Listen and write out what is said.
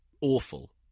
awful